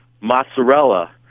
Mozzarella